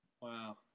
Wow